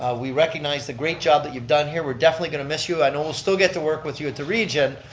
we recognize the great job that you've done here. we're definitely going to miss you i know we'll still get to work with you at the region,